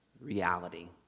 reality